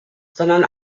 sondern